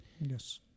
Yes